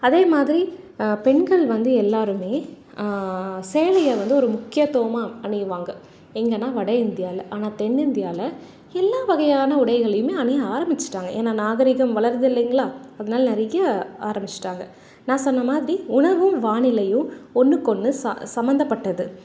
அதேமாதிரி பெண்கள் வந்து எல்லோருமே சேலையை வந்து ஒரு முக்கியத்துவமாக அணியுவாங்க எங்கனா வடஇந்தியாவுல ஆனால் தென்னிந்தியாவில எல்லா வகையான உடைகளையுமே அணிய ஆரம்பிச்சிட்டாங்க ஏன்னா நாகரிகம் வளருது இல்லைங்களா அதனால நிறைய ஆரம்பிச்சிட்டாங்க நான் சொன்னமாதிரி உணவும் வானிலையும் ஒன்றுக்கொன்னு ச சம்மந்தப்பட்டது